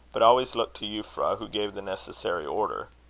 but always looked to euphra, who gave the necessary order.